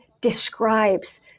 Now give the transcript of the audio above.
describes